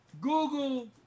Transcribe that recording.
Google